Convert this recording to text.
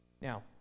Now